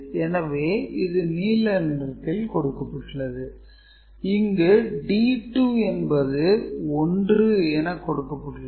எனவே இது நீல நிறத்தில் கொடுக்கப்பட்டுள்ளது இங்கு D2 என்பது 1 என கொடுக்கப்பட்டுள்ளது